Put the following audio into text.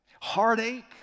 heartache